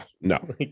No